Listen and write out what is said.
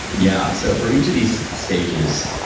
yeah, so for each of these stages,